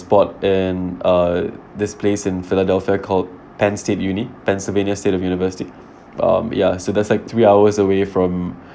spot in uh this place in philadelphia called penn state uni pennsylvania state of university um ya so that's like three hours away from